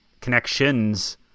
connections